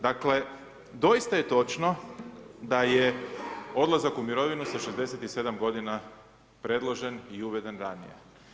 Dakle doista je točno da je odlazak u mirovinu sa 67 godina predložen i uveden ranije.